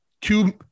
two